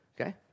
Okay